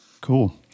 Cool